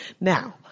Now